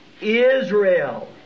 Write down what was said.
Israel